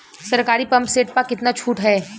सरकारी pump set प कितना छूट हैं?